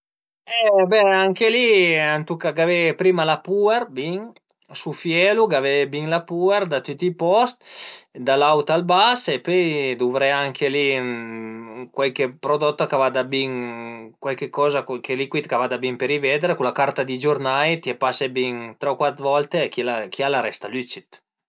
E be anche li a tuca gavé prima la puer bin, sufielu, gavéie bin la puer da tüti i post, da l'aut al bas e pöi duvré anche li cualch prodotto ch'a vada bin, cualcoza, cual licuid ch'a vada bin për i veder, cun la carta di giurnai e pase bin tre o cuat volte, chila, chiel a resta lücid